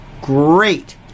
Great